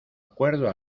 acuerdo